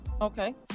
Okay